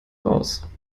raus